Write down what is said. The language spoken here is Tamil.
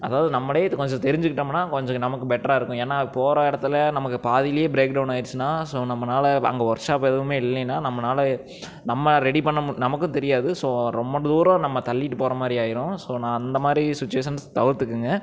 அதாவது நம்மளே இது கொஞ்சம் தெரிஞ்சுகிட்டோம்னா கொஞ்சம் நமக்கு பெட்ராக இருக்கும் ஏன்னால் போகிற இடத்துல நமக்கு பாதியிலே பிரேக் டவுன் ஆகிடுச்சினா ஸோ நம்மனால் அங்கே ஒர்க் ஷாப் எதுவும் இல்லைனா நம்மனால் நம்ம ரெடி பண்ண மு நமக்கும் தெரியாது ஸோ ரொம்ப தூரம் நம்ம தள்ளிகிட்டு போகிற மாதிரி ஆகிரும் ஸோ நான் அந்த மாதிரி சுச்சிவேஷன்ஸ் தவிர்த்துக்கோங்க